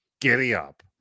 giddy-up